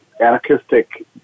anarchistic